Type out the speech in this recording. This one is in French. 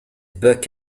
buck